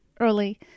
early